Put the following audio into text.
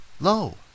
Lo